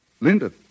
Linda